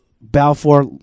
Balfour